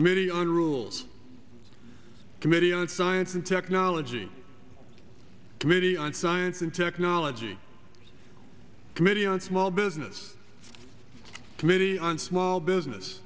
committee on rules committee on science and technology committee on science and technology committee on small business committee on small business